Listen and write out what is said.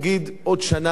עוד שנה מהיום,